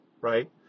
right